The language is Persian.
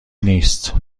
نیست